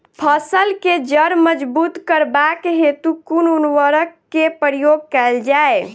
फसल केँ जड़ मजबूत करबाक हेतु कुन उर्वरक केँ प्रयोग कैल जाय?